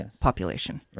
population